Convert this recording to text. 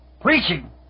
Preaching